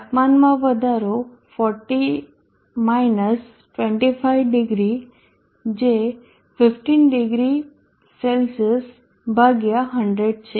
તાપમાનમાં વધારો 40 માઇનસ 250 જે 150 C ભાગ્યા 100 છે